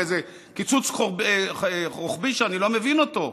באיזה קיצוץ רוחבי שאני לא מבין אותו.